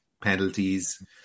penalties